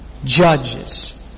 Judges